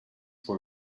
for